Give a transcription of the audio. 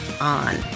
on